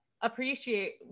appreciate